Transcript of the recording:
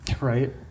Right